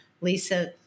Lisa